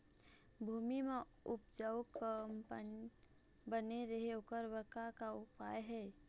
भूमि म उपजाऊ कंपनी बने रहे ओकर बर अउ का का उपाय हे?